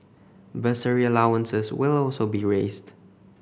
bursary allowances will also be raised